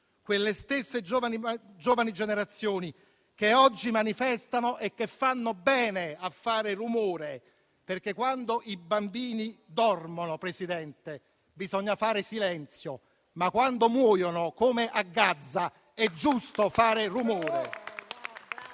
quelle stesse giovani generazioni che oggi manifestano e che fanno bene a fare rumore, perché quando i bambini dormono, Presidente, bisogna fare silenzio, ma quando muoiono, come a Gaza, è giusto fare rumore.